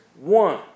one